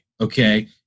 okay